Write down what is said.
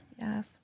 Yes